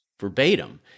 verbatim